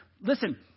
Listen